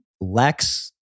Lex